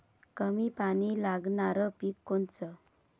कमी पानी लागनारं पिक कोनचं?